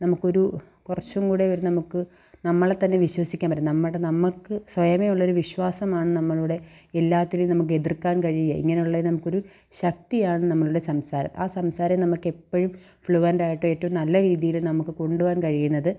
നമുക്കൊരു കുറച്ചും കൂടെ ഒരു നമുക്ക് നമ്മളെ തന്നെ വിശ്വസിക്കാൻ പറ്റും നമ്മുടെ നമുക്ക് സ്വയമേ ഉള്ള ഒരു വിശ്വാസമാണ് നമ്മളുടെ എല്ലാത്തിനേയും നമുക്ക് എതിർക്കാൻ കഴിയുകയും ഇങ്ങനെ ഉള്ള നമുക്കൊരു ശക്തിയാണ് നമ്മളുടെ സംസാരം ആ സംസാരം നമുക്ക് എപ്പഴും ഫ്ലുവന്റ് ആയിട്ട് ഏറ്റവും നല്ല രീതിയിൽ നമുക്ക് കൊണ്ടുപോകാൻ കഴിയുന്നത്